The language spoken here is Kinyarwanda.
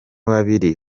babiri